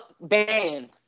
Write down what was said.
banned